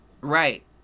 right